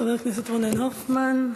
חבר הכנסת רונן הופמן,